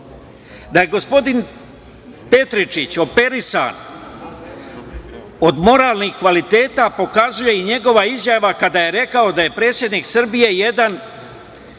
to. Da je gospodin Petričić operisan od moralnih kvaliteta, pokazuje i njegova izjava kada je rekao da je predsednik Srbije jedan